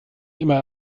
immer